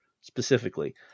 specifically